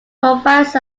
provides